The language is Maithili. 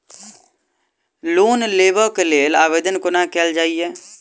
लोन लेबऽ कऽ लेल आवेदन कोना कैल जाइया?